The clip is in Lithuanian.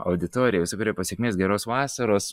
auditoriją visokeriopos sėkmės geros vasaros